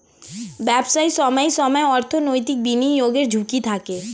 ব্যবসায় সময়ে সময়ে অর্থনৈতিক বিনিয়োগের ঝুঁকি থাকে